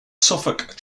suffolk